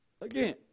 Again